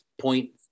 point